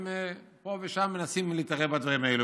הם פה ושם מנסים להתערב בדברים האלה.